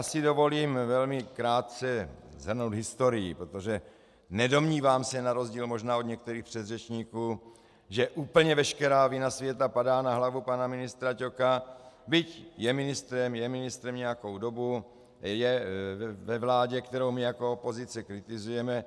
Dovolím si, velmi krátce shrnout historii, protože se nedomnívám, na rozdíl možná od některých předřečníků, že úplně veškerá vina světa padá na hlavu pana ministra Ťoka, byť je ministrem, je ministrem nějakou dobu, je ve vládě, kterou my jako opozice kritizujeme.